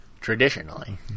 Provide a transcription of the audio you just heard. Traditionally